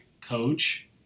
coach